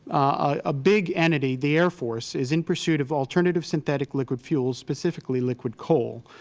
a big entity, the air force, is in pursuit of alternative synthetic liquid fuels, specifically liquid coal.